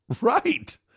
Right